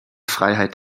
freiheit